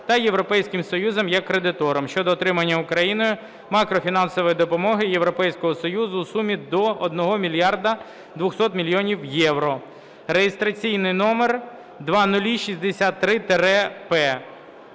та Європейським Союзом як Кредитором (щодо отримання Україною макрофінансової допомоги Європейського Союзу у сумі до 1 мільярда 200 мільйонів євро)" (реєстраційний номер 0063-П).